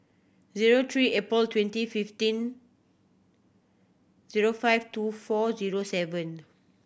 zero three April twenty fifteen zero five two four zero seven